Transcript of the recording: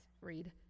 Read